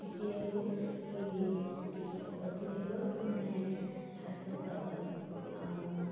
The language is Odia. ଟିକେ ହଉ କି ଅତ୍ୟଧିକ ମାନେ ହ୍ରାସ ପାଉଛୁ ଆଉ